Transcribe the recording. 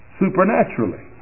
supernaturally